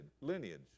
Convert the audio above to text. lineage